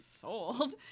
sold